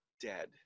dead